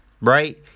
Right